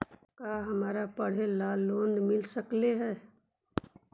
का हमरा पढ़े ल लोन मिल सकले हे?